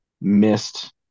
missed